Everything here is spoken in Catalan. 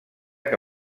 que